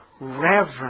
reverence